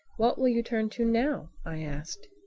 what will you turn to now? i asked.